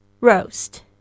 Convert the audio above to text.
roast